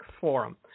Forum